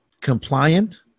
compliant